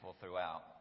throughout